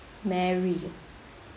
mary